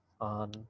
on